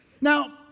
Now